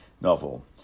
novel